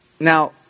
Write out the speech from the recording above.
Now